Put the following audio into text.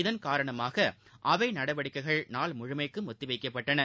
இதன் காரணமாக அவை நடவடிக்கைகள் நாள் முழுமைக்கும் ஒத்தி வைக்கப்பட்டன